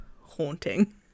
haunting